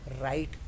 right